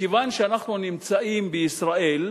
מכיוון שאנחנו נמצאים בישראל,